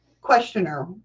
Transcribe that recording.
Questioner